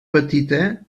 petita